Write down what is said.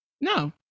no